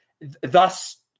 thus